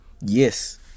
Yes